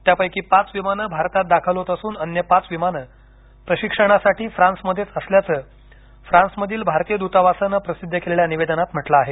त्यापैकी पाच विमानं भारतात दाखल होत असून अन्य पाच विमानं प्रशिक्षणासाठी फ्रान्समध्येच असल्याचं फ्रान्समधील भारतीय द्तावासानं प्रसिद्ध केलेल्या निवेदनात म्हटलं आहे